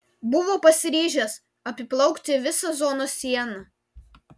buvo pasiryžęs apiplaukti visą zonos sieną